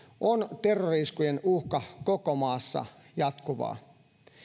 on terrori iskujen uhka koko maassa jatkuvaa